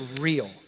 real